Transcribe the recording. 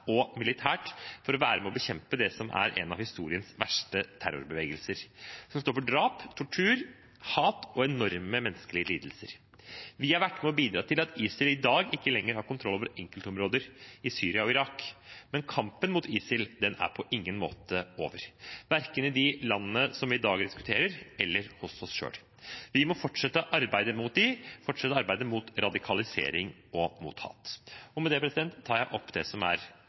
og militært, for å ha vært med og bekjempet det som er en av historiens verste terrorbevegelser, som står for drap, tortur, hat og enorme menneskelige lidelser. Vi har vært med og bidratt til at ISIL i dag ikke lenger har kontroll over enkeltområder i Syria og Irak, men kampen mot ISIL er på ingen måte over, verken i de landene som vi i dag diskuterer, eller hos oss selv. Vi må fortsette arbeidet mot dem, fortsette arbeidet mot radikalisering og mot hat. Med det anbefaler jeg komiteens innstilling. Det som